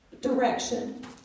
direction